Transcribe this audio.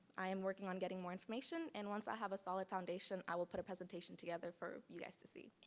i am working on getting more information and once i have a solid foundation, i will put a presentation together for you guys to see.